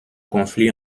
conflit